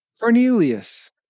Cornelius